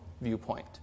viewpoint